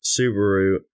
Subaru